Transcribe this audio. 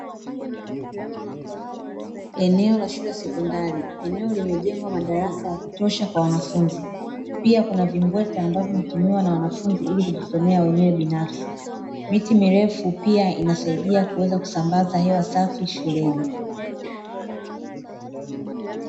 Eneo la shule ya sekondari; eneo limejengwa madarasa ya kutosha kwa wanafunzi. Pia kuna vimbweta ambavyo hutumiwa na wanafunzi ili kujisomea wenyewe binafsi. Miti mirefu pia inasaidia kuweza kusambaza hewa safi shuleni.